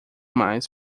mais